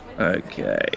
Okay